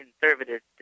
conservatives